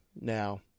Now